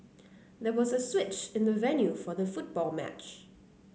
there was a switch in the venue for the football match